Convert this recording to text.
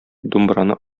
думбраны